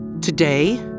Today